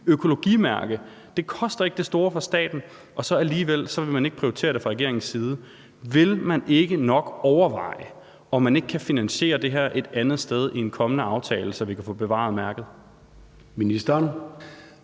økologimærke. Det koster ikke det store for staten, og så vil man alligevel ikke prioritere det fra regeringens side. Vil man ikke nok overveje, om man ikke kan finansiere det her et andet sted i en kommende aftale, så vi kan få bevaret mærket?